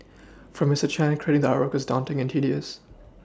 for Mister Chan creating the artwork was daunting and tedious